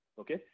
okay